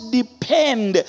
depend